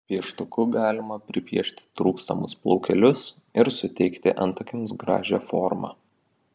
pieštuku galima pripiešti trūkstamus plaukelius ir suteikti antakiams gražią formą